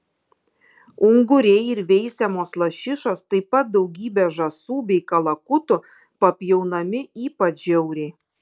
unguriai ir veisiamos lašišos taip pat daugybė žąsų bei kalakutų papjaunami ypač žiauriai